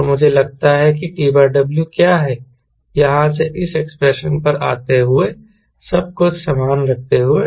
और मुझे लगता है कि TW क्या है यहाँ से इस एक्सप्रेशन पर आते हुए सब कुछ समान रखते हुए